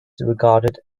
regarded